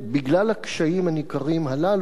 בגלל הקשיים הניכרים הללו,